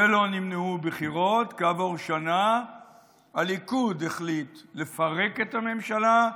ולא נמנעו בחירות: כעבור שנה הליכוד החליט לפרק את הממשלה,